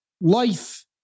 Life